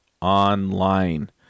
online